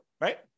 right